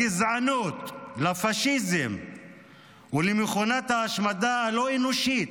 הגזענות, הפשיזם ומכונת ההשמדה הלא-אנושית,